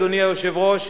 אדוני היושב-ראש,